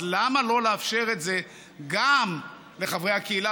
אז למה לא לאפשר את זה גם לחברי הקהילה,